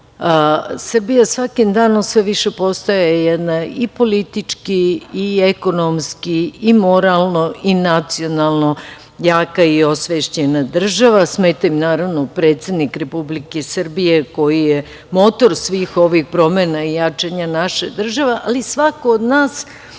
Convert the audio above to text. Srbija svakim danom sve više postaje jedna i politički i ekonomski i moralno i nacionalno jaka i osvešćena država. Smeta im, naravno, predsednik Republike Srbije koji je motor svih ovih promena i jačanja naše države, ali i svako od nas